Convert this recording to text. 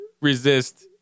resist